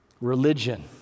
religion